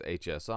HSI